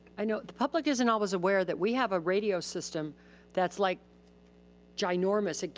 i know the public isn't always aware that we have a radio system that's like ginormous. and